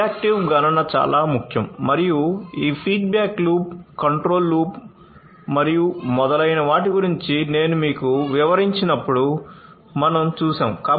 reactive గణన చాలా ముఖ్యం మరియు ఈ ఫీడ్బ్యాక్ లూప్ కంట్రోల్ లూప్ మరియు మొదలైన వాటి గురించి నేను మీకు వివరించినప్పుడు మనం చూశాము